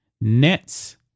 Nets